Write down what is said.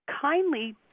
kindly